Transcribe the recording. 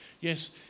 yes